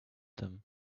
them